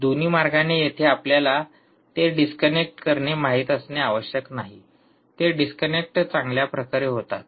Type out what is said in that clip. दोन्ही मार्गाने येथे आपल्याला ते डिस्कनेक्ट करणे माहित असणे आवश्यक नाही ते डिस्कनेक्ट चांगले प्रकारे होतात